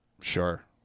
sure